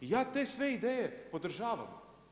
Ja te sve ideje podržavam.